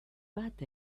bat